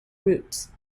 roots